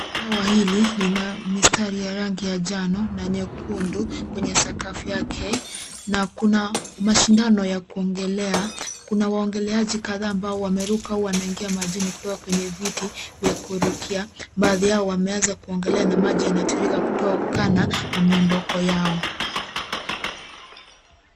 Bwawa hili lina mistari ya rangi ya njano na nyekundu. Kwenye sakafu yake na kuna mashindano ya kuogelea. Kuna waogeleaji kadhaa ambao wameruka au wanaingia majini kutoka kwenye viti vya kurukia, baadhi yao wameanza kuogelea na maji yanatiririka kutokana na miondoko yao.